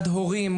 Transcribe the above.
הורים,